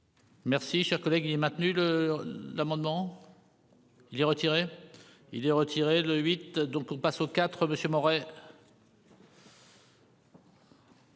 Merci cher collègue. Il est maintenu le l'amendement. Il est retiré il est retiré le huit. Donc on passe au IV monsieur Moret.